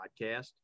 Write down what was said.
podcast